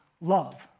love